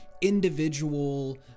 individual